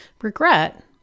Regret